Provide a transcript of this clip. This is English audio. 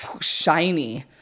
shiny